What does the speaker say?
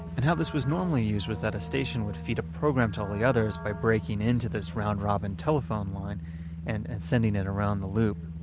and how this was normally used was that a station would feed a program to all the others by breaking into this round-robin telephone line and sending it around the loop.